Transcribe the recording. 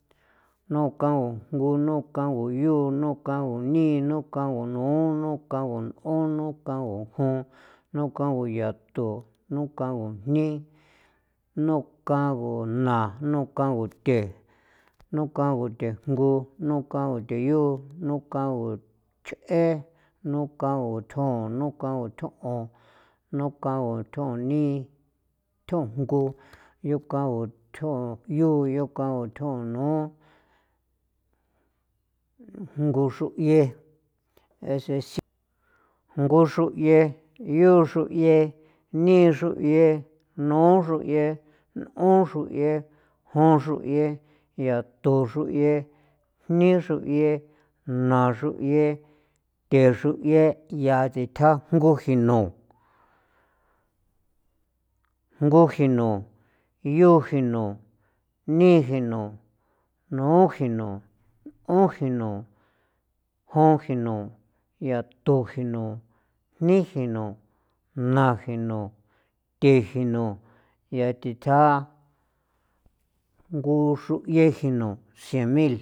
Nukago jngu, nukago yu, nukago ni, nukago nu, nukago n'on, nukago jon, nukago yatu, nukago jni, nukago na, nukago the, nukago the jngu, nukago the yu, nukago ch'e, nukago tjon, nukago thon 'on, nukago thoni, tho jngu, nukago thon yu, nukago thon nu, jngu xru'ie, ese xi' jngu xru'ie, yu xru'ie, ni xru'ie, nu xru'ie, n'on xru'ie, jon xru'ie, yatu xru'ie, jni xru'ie, na xru'ie, the xru'ie, ya thitja jngu jino, jngu jino, yu jino, ni jino, nu jino, 'on jino, jon jino, yatu jino, jni jino, na jino, the jino, ya thitja jngu xru'ie jino, cien mil.